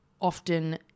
often